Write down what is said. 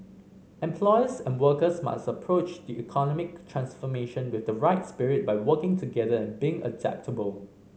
employers and workers must approach the economic transformation with the right spirit by working together and being adaptable